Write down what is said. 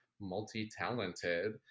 multi-talented